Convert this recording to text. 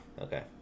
Okay